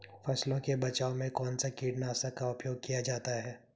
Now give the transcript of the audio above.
फसलों के बचाव में कौनसा कीटनाशक का उपयोग किया जाता है?